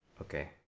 okay